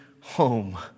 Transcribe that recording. home